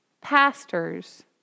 pastors